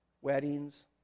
Weddings